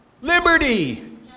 Liberty